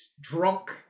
drunk